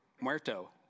Muerto